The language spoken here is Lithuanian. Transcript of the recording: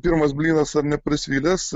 pirmas blynas ar neprisvilęs